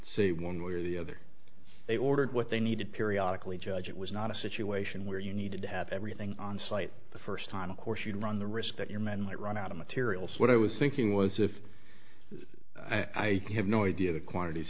say one way or the other they ordered what they needed periodic lee judge it was not a situation where you needed to have everything on site the first time of course you'd run the risk that your man might run out of material so what i was thinking was if i have no idea the quantities